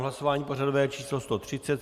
Hlasování pořadové číslo 130.